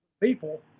people